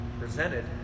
presented